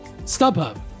StubHub